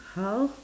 how